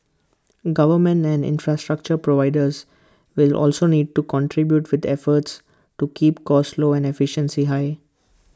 governments and infrastructure providers will also need to contribute with efforts to keep costs low and efficiency high